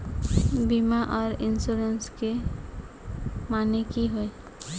बीमा आर इंश्योरेंस के माने की होय?